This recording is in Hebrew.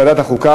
לוועדת החוקה,